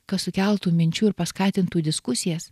kas sukeltų minčių ir paskatintų diskusijas